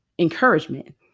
Encouragement